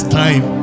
time